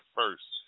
first